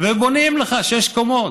ובונים לך שש קומות.